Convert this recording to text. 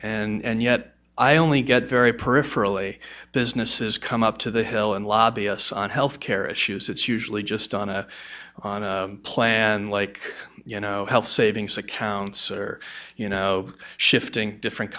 discussion and yet i only get very peripherally businesses come up to the hill and lobby us on health care issues it's usually just on a on a plan like you know health savings accounts or you know shifting different